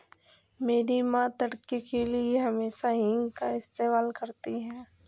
मेरी मां तड़के के लिए हमेशा हींग का इस्तेमाल करती हैं